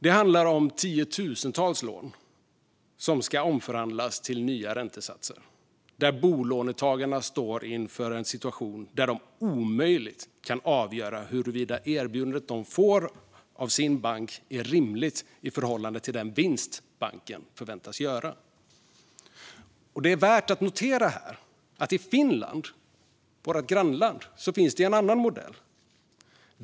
Det handlar om tiotusentals lån som ska omförhandlas till nya räntesatser, och där står bolånetagarna inför en situation där de omöjligt kan avgöra huruvida erbjudandet de får av sin bank är rimligt i förhållande till den vinst banken förväntas göra. Det är värt att notera att det i Finland, vårt grannland, finns en annan modell.